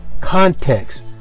context